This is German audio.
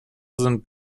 sind